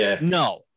no